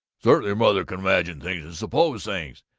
certainly your mother can imagine things and suppose things!